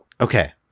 okay